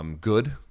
Good